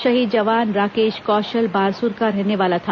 शहीद जवान राकेश कौशल बारसूर का रहने वाला था